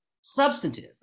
Substantive